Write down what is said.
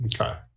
okay